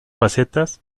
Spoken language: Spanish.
facetas